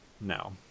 no